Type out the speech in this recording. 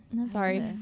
Sorry